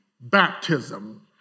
baptism